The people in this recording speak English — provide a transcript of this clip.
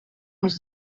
was